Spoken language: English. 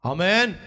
Amen